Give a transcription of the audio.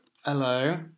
hello